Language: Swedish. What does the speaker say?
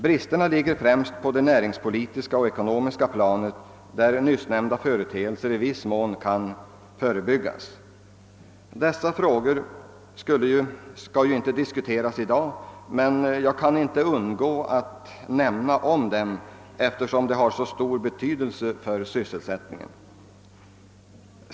Bristerna ligger främst på det näringspolitiska och ekonomiska planet, där nyssnämnda företeelser i viss mån kan förebyggas. Dessa frågor skall ju inte diskuteras i dag, men jag kan inte underlåta att nämna dem, eftersom de har så stor betydelse för sysselsättningen.